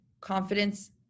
confidence